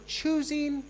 choosing